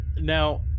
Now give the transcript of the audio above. Now